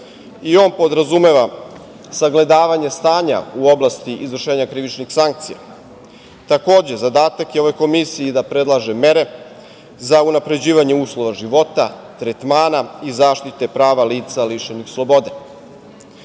On podrazumeva sagledavanje stanja u oblasti izvršenja krivičnih sankcija. Takođe, zadatak ove Komisije je da predlaže mere za unapređivanje uslova života, tretmana i zaštite prava lica lišenih slobode. Ova